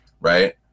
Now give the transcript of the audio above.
right